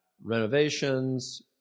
renovations